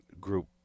Group